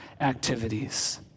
activities